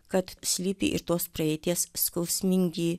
kad slypi ir tos praeities skausmingi